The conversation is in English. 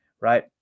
right